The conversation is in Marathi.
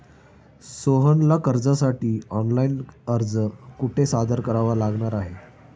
सोहनला कर्जासाठी ऑनलाइन अर्ज कुठे सादर करावा लागणार आहे?